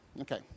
Okay